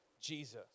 Jesus